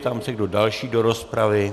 Ptám se, kdo další do rozpravy.